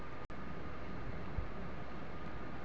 मैं UPI account कैसे बना सकता हूं?